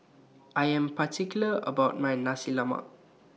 I Am particular about My Nasi Lemak